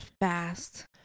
fast